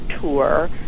tour